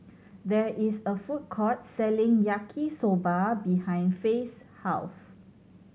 there is a food court selling Yaki Soba behind Faye's house